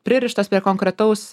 pririštas prie konkretaus